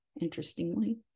interestingly